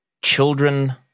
children